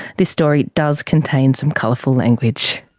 this story does contain some colourful language.